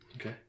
Okay